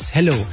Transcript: Hello